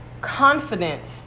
confidence